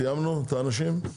סיימנו את האנשים?